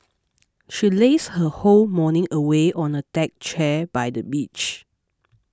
she lazed her whole morning away on a deck chair by the beach